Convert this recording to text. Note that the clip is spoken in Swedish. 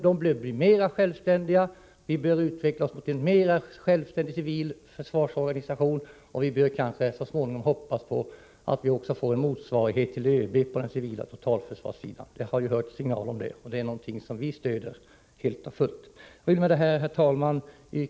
Dessa bör bli mera självständiga. Den civila försvarsorganisationen bör utvecklas till större självständighet, och vi bör kanske också hoppas på att på den civila totalförsvarssidan så småningom få en motsvarighet till ÖB. Det har ju hörts signaler om det, och det är något som vi helt och hållet stöder. Herr talman!